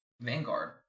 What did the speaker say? Vanguard